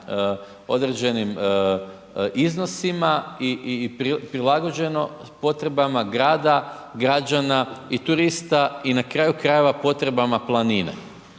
određenim iznosima i prilagođeno potrebama grada, građana i turista i na kraju krajeva potrebama planine,